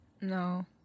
No